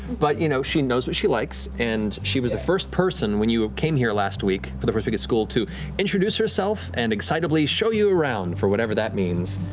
but you know, she knows what she likes, and she was the first person when you came here last week for the first week of school to introduce herself and excitably show you around, for whatever that means.